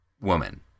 woman